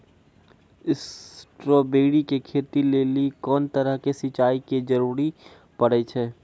Strawberry के खेती लेली कोंन तरह के सिंचाई के जरूरी पड़े छै?